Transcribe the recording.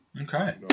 Okay